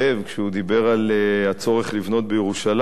כשהוא דיבר על הצורך לבנות בירושלים,